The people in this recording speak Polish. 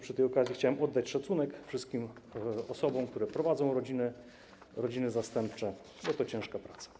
Przy tej okazji chciałem oddać szacunek wszystkim osobom, które prowadzą rodziny zastępcze, bo to ciężka praca.